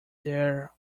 there